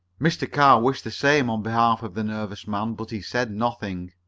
mr. carr wished the same on behalf of the nervous man, but he said nothing.